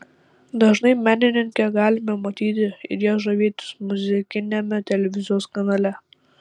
dažnai menininkę galime matyti ir ja žavėtis muzikiniame televizijos kanale